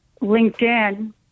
LinkedIn